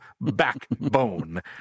backbone